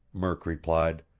murk replied.